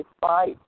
fight